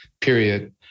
Period